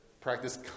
practice